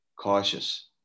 cautious